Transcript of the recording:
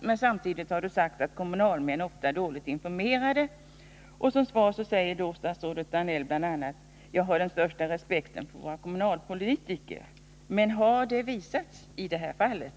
Men samtidigt har statsrådet sagt att kommunalmännen ofta är dåligt informerade, och som svar säger statsrådet bl.a.: ”Jag har den största respekt för våra kommunalpolitiker.” Men har detta visats i det här fallet?